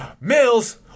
Mills